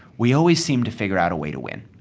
we always seemed to figure out a way to win.